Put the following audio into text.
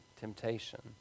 temptation